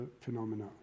phenomena